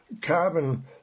carbon